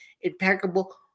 impeccable